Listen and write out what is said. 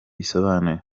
bisobanuye